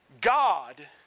God